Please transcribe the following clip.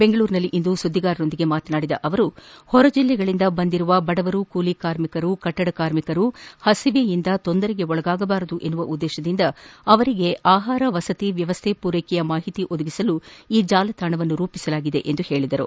ಬೆಂಗಳೂರಿನಲ್ಲಿಂದು ಸುದ್ದಿಗಾರರೊಂದಿಗೆ ಮಾತನಾಡಿದ ಅವರು ಹೊರ ಜಿಲ್ಲಗಳಿಂದ ಬಂದಿರುವ ಬಡವರು ಕೂಲಿ ಕಾರ್ಮಿಕರು ಕಟ್ಟಡ ಕಾರ್ಮಿಕರು ಪಸಿಎನಿಂದ ತೊಂದರೆಗೆ ಒಳಗಾಗಬಾರದು ಎನ್ನುವ ಉದ್ದೇಶದಿಂದ ಅವರಿಗೆ ಆಹಾರ ವಸತಿ ವ್ಯವಸ್ಥೆ ಮೂರೈಕೆಯ ಮಾಹಿತಿ ಒದಗಿಸಲು ಈ ಜಾಲತಾಣವನ್ನು ರೂಪಿಸಲಾಗಿದೆ ಎಂದರು